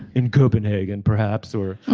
in copenhagen perhaps or